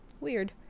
Weird